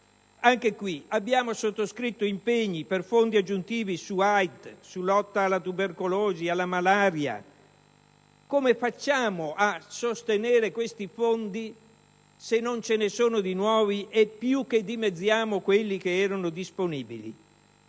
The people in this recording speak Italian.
aumentati. Abbiamo sottoscritto impegni per fondi aggiuntivi per la lotta all'AIDS, alla tubercolosi e alla malaria, ma come facciamo a sostenere questi fondi se non ce ne sono di nuovi e più che dimezziamo quelli che erano disponibili?